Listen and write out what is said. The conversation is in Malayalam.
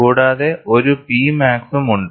കൂടാതെ ഒരു P മാക്സും ഉണ്ട്